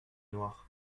noires